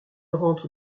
rentre